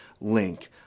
link